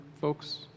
folks